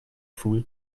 fool